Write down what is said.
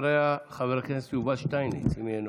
אחריה, חבר הכנסת יובל שטייניץ, אם יהיה נוכח.